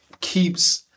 keeps